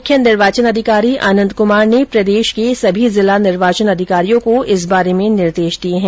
मुख्य निर्वाचन अधिकारी आनंद क्मार ने प्रदेश के सभी जिला निर्वाचन अधिकारियों को इस बारे में निर्देश दिये हैं